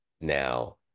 Now